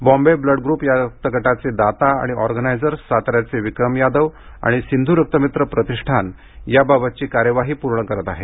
Bombay blood group या रक्तगटाचे दाता आणि ऑर्गनायझर साताऱ्याचे विक्रम यादव आणि सिंधू रक्तमित्र प्रतिष्ठान या बाबतची कार्यवाही पूर्ण करत आहेत